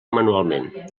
manualment